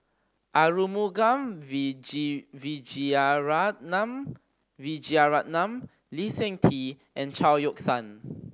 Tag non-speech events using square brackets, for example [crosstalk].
Arumugam [unintelligible] Vijiaratnam Vijiaratnam Lee Seng Tee and Chao Yoke San